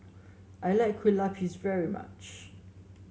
I like Kue Lupis very much